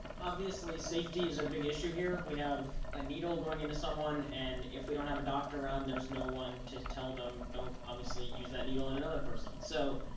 obviously, safety is a big issue here. we have a needle going into someone and if we don't have a doctor around, there's no one to tell them, don't obviously use that needle on another person. so,